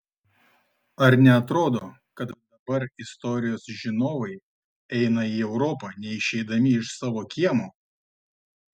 ar neatrodo kad dabar istorijos žinovai eina į europą neišeidami iš savo kiemo